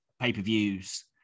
pay-per-views